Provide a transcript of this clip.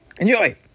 Enjoy